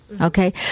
Okay